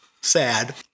Sad